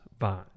vine